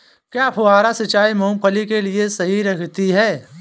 क्या फुहारा सिंचाई मूंगफली के लिए सही रहती है?